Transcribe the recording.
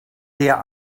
der